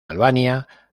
albania